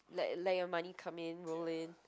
let let your money come in roll in